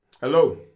Hello